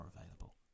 available